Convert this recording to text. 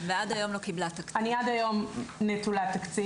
ואני עד היום נטולת תקציב.